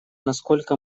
насколько